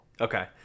Okay